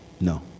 No